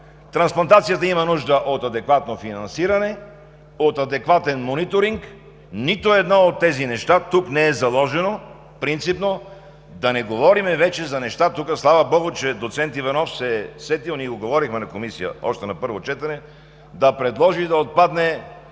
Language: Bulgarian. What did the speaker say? Трансплантацията има нужда от адекватно финансиране, от адекватен мониторинг. Нито едно от тези неща тук не е заложено принципно, да не говорим вече за неща тук… Слава богу, че доцент Иванов се е сетил, ние с него говорихме на Комисията още на първо четене, да предложи да отпадне